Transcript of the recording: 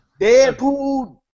Deadpool